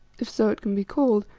if so it can be called,